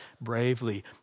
bravely